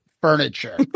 furniture